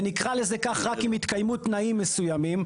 ונקרא לזה כך רק אם יתקיימו תנאים מסוימים.